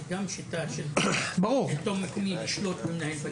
זאת גם שיטה של השלטון המקומי לשלוט במנהלי בתי הספר.